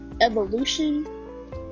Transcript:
evolution